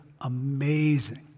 amazing